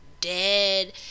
dead